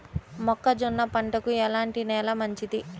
మొక్క జొన్న పంటకు ఎలాంటి నేల మంచిది?